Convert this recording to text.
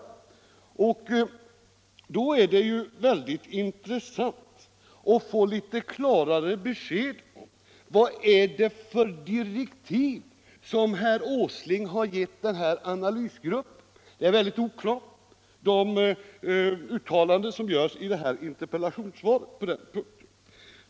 Då är det mycket intressant att få litet klarare besked om vad det är för direktiv som herr Åsling har gett analysgruppen. På den punkten är interpellationssvaret mycket oklart.